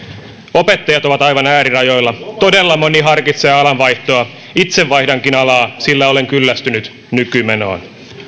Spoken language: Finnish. opettajat ovat aivan äärirajoilla todella moni harkitsee alanvaihtoa itse vaihdankin alaa sillä olen kyllästynyt nykymenoon